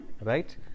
right